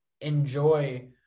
enjoy